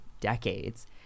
decades